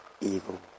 Evil